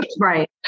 Right